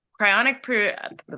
cryonic